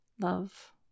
love